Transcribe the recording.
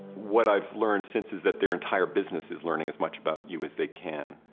what i've learned since is that their entire business is learning as much about you as they can.